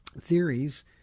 theories